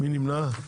מי נמנע?